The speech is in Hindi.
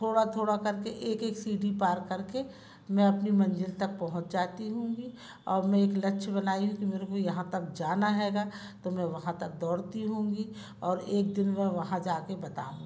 थोड़ा थोड़ा करके एक एक सीढ़ी पार करके मैं अपनी मंजिल तक पहुँच जाती हूँगी अब मैं एक लक्ष्य बनाई हूँ कि मेरे को यहाँ तक जाना हैगा तो मैं वहाँ तक दौड़ती हूँगी और एक दिन वह वहाँ जा के बताऊँगी